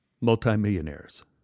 multimillionaires